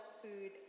food